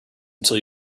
until